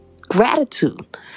gratitude